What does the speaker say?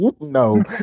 No